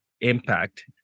impact